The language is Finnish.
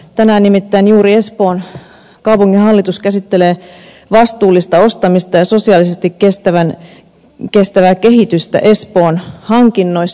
tänään nimittäin juuri espoon kaupunginhallitus käsittelee vastuullista ostamista ja sosiaalisesti kestävää kehitystä espoon hankinnoissa